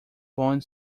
bond